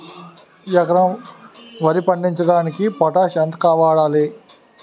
ఎకరం వరి పండించటానికి పొటాష్ ఎంత వాడాలి?